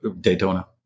Daytona